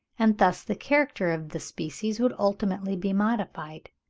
and thus the character of the species would ultimately be modified.